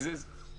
"אל תבלבל בראש" (תרגום מיידיש).